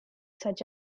such